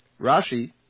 Rashi